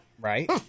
Right